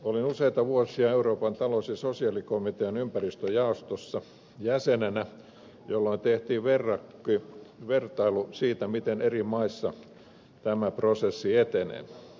olin useita vuosia euroopan talous ja sosiaalikomitean ympäristöjaostossa jäsenenä jolloin tehtiin vertailu siitä miten eri maissa tämä prosessi etenee